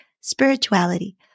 spirituality